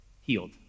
Healed